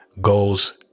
goals